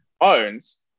owns